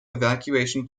evacuation